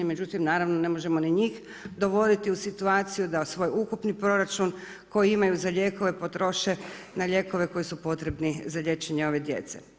Međutim naravno ne možemo ni njih dovoditi u situaciju da svoj ukupni proračun koji imaju za lijekove potroše na lijekove koji su potrebni za liječenje ove djece.